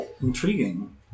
intriguing